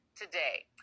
today